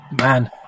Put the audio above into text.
man